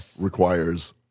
requires